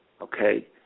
Okay